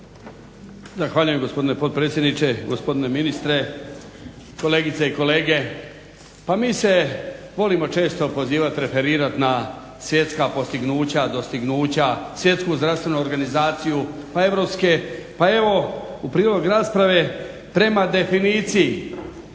Zahvaljujem gospodine potpredsjedniče, gospodine ministre, kolegice i kolege. Pa mi se volimo često pozivati, referirati na svjetska postignuća, dostignuća, Svjetsku zdravstvenu organizaciju pa europske pa evo u prilog rasprave prema definiciji